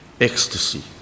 ecstasy